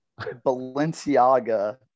Balenciaga